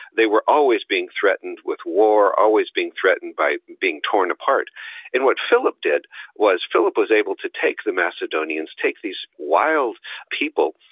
they were always being threatened with war, always being threatened by being torn apart and what philip did was philip was able to take the macedonians, take these wild people,